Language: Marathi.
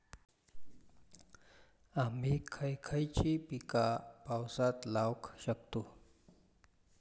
आम्ही खयची खयची पीका पावसात लावक शकतु?